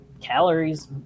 calories